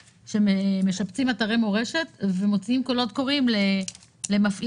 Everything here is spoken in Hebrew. שמשפצים אתרי מורשת ומוציאים קולות קוראים למפעילים,